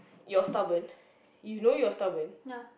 you're stubborn you know you're stubborn